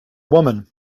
woman